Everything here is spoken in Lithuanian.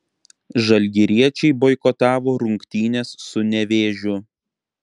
žalgiriečiai boikotavo rungtynes su nevėžiu